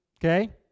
Okay